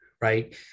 right